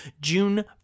June